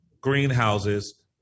greenhouses